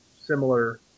similar